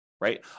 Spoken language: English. right